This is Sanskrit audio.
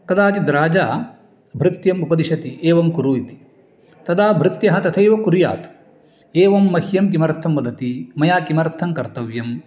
कदाचिद्राजा भृत्यम् उपदिशति एवं कुरु इति तदा भृत्यः तथैव कुर्यात् एवं मह्यं किमर्थं वदति मया किमर्थं कर्तव्यम्